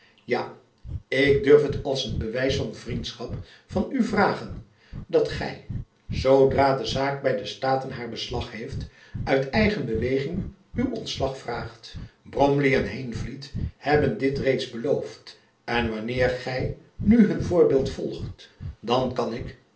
ja ik durf het als een bewijs van vriendschap van u vragen dat gy zoodra de zaak by de staten haar beslag heeft uit eigen beweging uw ontslag vraagt bromley en heenvliet hebben dit reeds beloofd en wanneer gy nu hun voorbeeld volgt dan kan ik